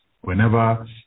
Whenever